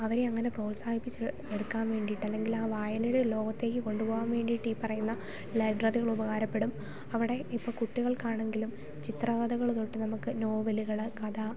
അവരെ അങ്ങനെ പ്രോത്സാഹിപ്പിച്ച് എടുക്കാൻ വേണ്ടീട്ടല്ലെങ്കിലാ വായനയുടെ ലോകത്തേക്ക് കൊണ്ടുപോകാൻ വേണ്ടീട്ടീ പറയുന്ന ലൈബ്രറികൾ ഉപകാരപ്പെടും അവിടെ ഇപ്പം കുട്ടികൾക്ക് ആണെങ്കിലും ചിത്രകഥകൾ തൊട്ട് നമുക്ക് നോവലുകൾ കഥ